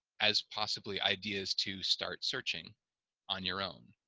as possibly ideas to start searching on your own.